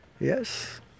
Yes